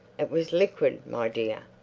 it was liquid, my dear.